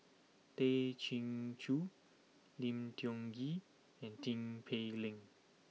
Tay Chin Joo Lim Tiong Ghee and Tin Pei Ling